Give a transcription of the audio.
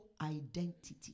identity